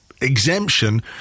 exemption